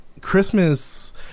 christmas